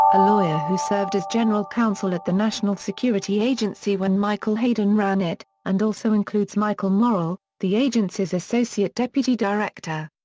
a lawyer who served as general counsel at the national security agency when michael hayden ran it, and also includes michael morell, the agency's associate deputy director.